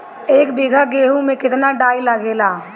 एक बीगहा गेहूं में केतना डाई लागेला?